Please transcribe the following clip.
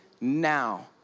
now